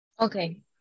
Okay